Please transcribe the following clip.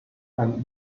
and